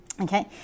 Okay